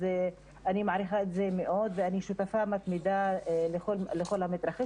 אני מעריכה את זה מאוד ואני שותפה לכל המתרחש.